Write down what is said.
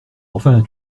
enfin